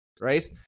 right